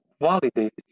validate